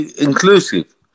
inclusive